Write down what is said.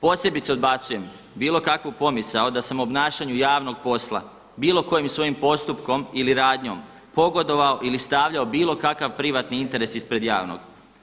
Posebice odbacujem bilo kakvu pomisao da sam u obnašanju javnog posla, bilo kojim svojim postupkom ili radnjom pogodovao ili stavljao bilo kakav privatni interes ispred javnog.